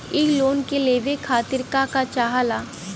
इ लोन के लेवे खातीर के का का चाहा ला?